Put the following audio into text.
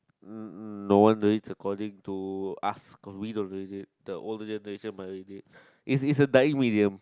n~ no wonder it's according to us cause we don't use it the older generation might use it it's it's a dying William